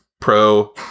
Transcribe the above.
pro